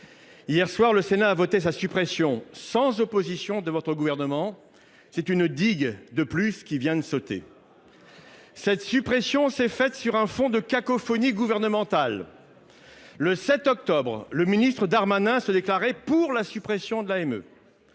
Hier soir, le Sénat a voté sa suppression, sans opposition de votre Gouvernement. C’est une digue de plus qui vient de sauter. Cette suppression s’est faite sur fond de cacophonie gouvernementale. Le 7 octobre dernier, M. le ministre Darmanin se déclarait favorable à la suppression de l’AME.